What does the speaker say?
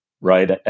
right